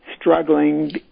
struggling